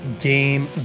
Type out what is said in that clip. Game